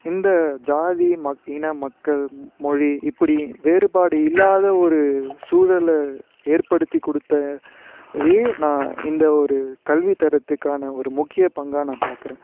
இந்த ஜாதி இன மக்கள் மொழி இப்படி வேறுபாடு இல்லாத ஒரு சூழலை ஏற்படுத்தி கொடுத்த இதையே நான் இந்த ஒரு கல்வி தரத்துக்கான ஒரு முக்கிய பங்காக நான் பாக்கிறேன்